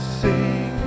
sing